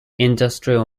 industrial